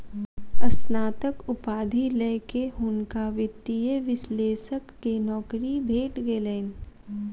स्नातक उपाधि लय के हुनका वित्तीय विश्लेषक के नौकरी भेट गेलैन